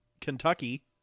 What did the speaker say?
kentucky